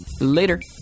Later